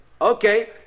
Okay